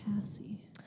Cassie